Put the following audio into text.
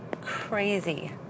crazy